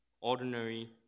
ordinary